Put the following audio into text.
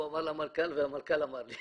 הוא אמר למנכ"ל, והמנכ"ל אמר לי.